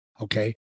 Okay